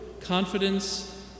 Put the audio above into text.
confidence